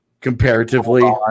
comparatively